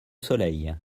soleil